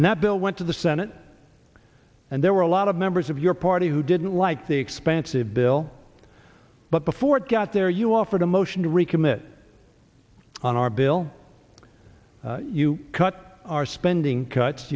and that bill went to the senate and there were a lot of members of your party who didn't like the expansive bill but before it got there you offered a motion to recommit on our bill you cut our spending cuts